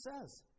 says